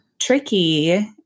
tricky